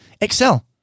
excel